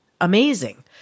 amazing